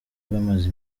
bamaze